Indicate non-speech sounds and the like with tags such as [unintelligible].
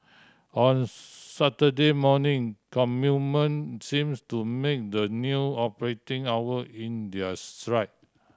on Saturday morning [unintelligible] seems to make the new operating hour in their stride